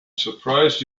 surprised